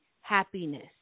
happiness